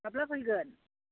माब्ला फैगोन